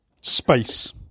space